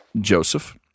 Joseph